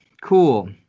cool